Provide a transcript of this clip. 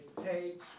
take